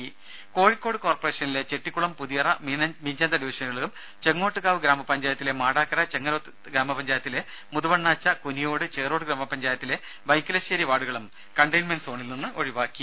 രുമ കോഴിക്കോട് കോർപ്പറേഷനിലെ ചെട്ടിക്കുളം പുതിയറ മീഞ്ചന്ത ഡിവിഷനുകളും ചെങ്ങോട്ട്ക്കാവ് ഗ്രാമപഞ്ചായത്തിലെ മാടാക്കര ചങ്ങരോത്ത് ഗ്രാമപഞ്ചായത്തിലെ മുതുവണ്ണാച്ച കുനിയോട് ചോറോട് ഗ്രാമപഞ്ചായത്തിലെ വൈക്കിലശ്ശേരി വാർഡുകളും കണ്ടെയ്മെന്റ്സോണിൽ നിന്നും ഒഴിവാക്കി